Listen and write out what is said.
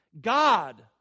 God